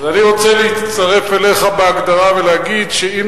אז אני רוצה להצטרף אליך בהגדרה ולהגיד שאם